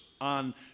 on